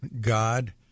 God